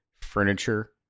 furniture